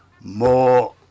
more